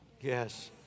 yes